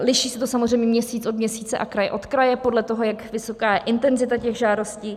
Liší se to samozřejmě měsíc od měsíce a kraj od kraje podle toho, jak vysoká je intenzita žádostí.